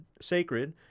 sacred